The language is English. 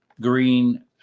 green